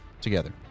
together